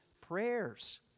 prayers